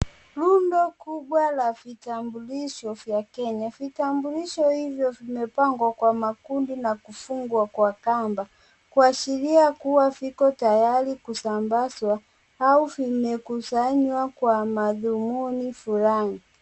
Rundo kubwa la vitambulisho vya Kenya. Vitambulisho hivyo, vimepangwa kwa makundi na kufunga kwa kamba, kuashiria kuwa viko tayari kusambaza au vimekusanywa kwa madhumuni fulani.